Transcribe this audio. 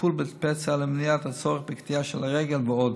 טיפול בפצע למניעת הצורך בקטיעה של הרגל ועוד.